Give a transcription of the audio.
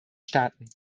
staaten